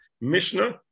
Mishnah